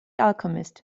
alchemist